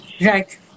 Right